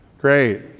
great